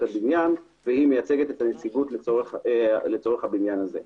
העניין ומייצגת את הנציגות לצורך הבניין הזה.